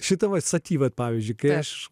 šita va statyba pavyzdžiui kai aš